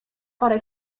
parę